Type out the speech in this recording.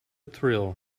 thrill